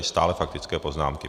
Stále faktické poznámky.